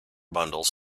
bundles